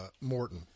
Morton